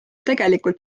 tegelikult